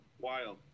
Wild